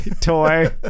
toy